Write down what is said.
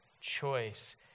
choice